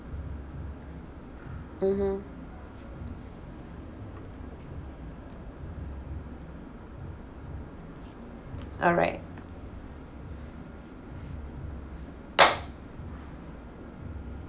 mmhmm alright